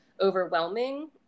overwhelming